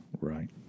Right